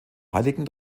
heiligen